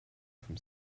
from